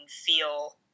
feel